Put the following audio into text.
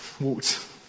walked